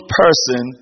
person